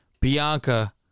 Bianca